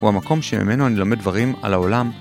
הוא המקום שממנו אני לומד דברים על העולם.